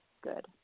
good